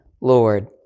Lord